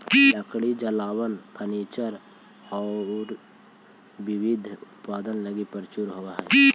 लकड़ी जलावन, फर्नीचर औउर विविध उत्पाद लगी प्रयुक्त होवऽ हई